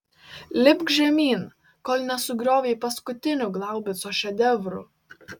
lipk žemyn kol nesugriovei paskutinių glaubico šedevrų